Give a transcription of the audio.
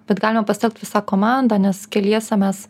bet galima pasitelkt visą komandą nes keliese mes